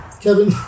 Kevin